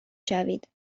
شوید